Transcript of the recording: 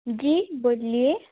जी बोलिए